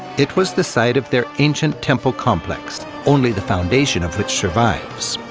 it was the site of their ancient temple complex, only the foundation of which survives.